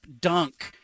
dunk